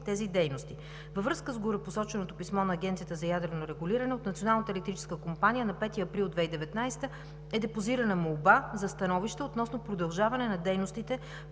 тези дейности. Във връзка с горепосоченото писмо на Агенцията за ядрено регулиране от Националната електрическа компания на 5 април 2019 г. е депозирана молба за становище относно продължаване на дейностите